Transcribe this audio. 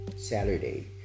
Saturday